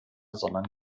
sondern